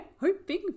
hoping